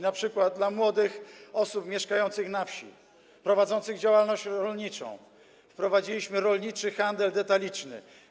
Na przykład dla młodych osób mieszkających na wsi i prowadzących działalność rolniczą wprowadziliśmy rolniczy handel detaliczny.